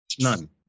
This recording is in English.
None